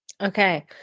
Okay